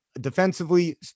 defensively